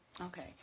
Okay